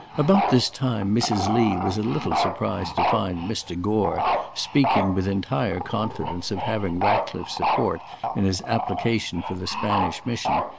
about this time mrs. lee was a little surprised to find mr. gore speaking with entire confidence of having ratcliffe's support in his application for the spanish mission,